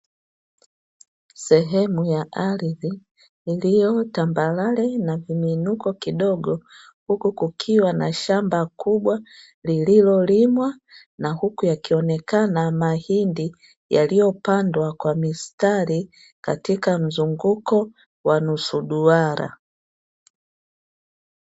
Sehemu ya ardhi iliyo tambarare na vimiinuko kidogo huku kukiwa na shamba kubwa lililolimwa, na huku yakionekana mahindi yaliyopandwa kwa mistari katika mzunguko wa nusu duara.